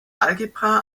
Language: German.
algebra